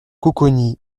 coconi